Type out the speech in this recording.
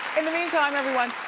in the meantime everyone,